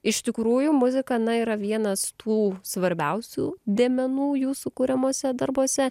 iš tikrųjų muzika na yra vienas tų svarbiausių dėmenų jūsų kuriamuose darbuose